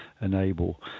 enable